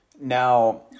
Now